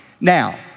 Now